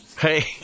Hey